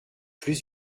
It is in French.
plus